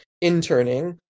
interning